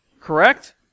Correct